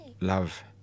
love